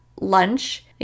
lunch